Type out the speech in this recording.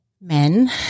men